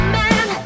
man